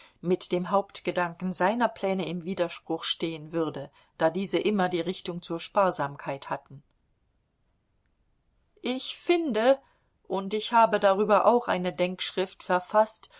mit dem hauptgedanken seiner pläne im widerspruche stehen würde da diese immer die richtung zur sparsamkeit hatten ich finde und ich habe darüber auch eine denkschrift verfaßt